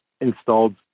installed